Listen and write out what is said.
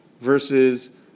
Versus